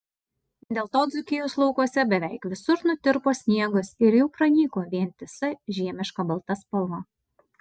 dėl to dzūkijos laukuose beveik visur nutirpo sniegas ir jau pranyko vientisa žiemiška balta spalva